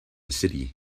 city